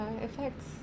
effects